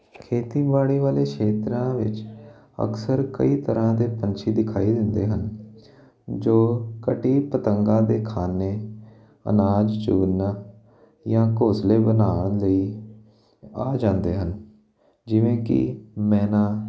ਖੇਤੀਬਾੜੀ ਵਾਲੇ ਖੇਤਰਾਂ ਵਿੱਚ ਅਕਸਰ ਕਈ ਤਰ੍ਹਾਂ ਦੇ ਪੰਛੀ ਦਿਖਾਈ ਦਿੰਦੇ ਹਨ ਜੋ ਕਟੀ ਪਤੰਗਾਂ ਦੇ ਖਾਣੇ ਅਨਾਜ ਚੂਨਾ ਜਾਂ ਘੋਂਸਲੇ ਬਣਾਉਣ ਲਈ ਆ ਜਾਂਦੇ ਹਨ ਜਿਵੇਂ ਕਿ ਮੈਨਾ